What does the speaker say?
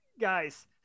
guys